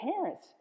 parents